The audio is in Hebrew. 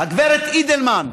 הגב' אידלמן.